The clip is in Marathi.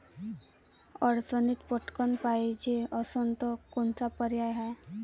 अडचणीत पटकण पायजे असन तर कोनचा पर्याय हाय?